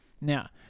Now